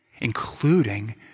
including